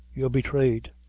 you're betrayed!